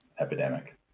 epidemic